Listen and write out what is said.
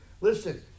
Listen